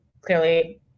clearly